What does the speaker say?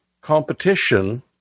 competition